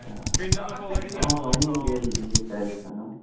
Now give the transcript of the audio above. अच्छा हँ हमहुँ गेल रहियै काल्हि खना